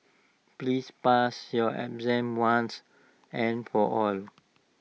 please pass your exam once and for all